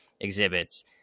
exhibits